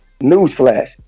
newsflash